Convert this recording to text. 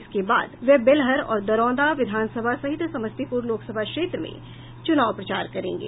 इसके बाद वे बेलहर और दरौंदा विधानसभा सहित समस्तीपुर लोकसभा क्षेत्र में चुनाव प्रचार करेंगे